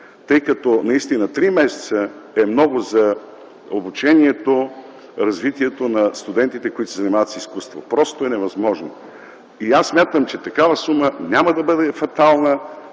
тъй като наистина три месеца е много за обучението, развитието на студентите, които се занимават с изкуство. Просто е невъзможно. Смятам, че няма да бъде фатално